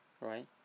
right